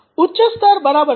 ઉચ્ચ સ્તર બરાબર છે